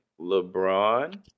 LeBron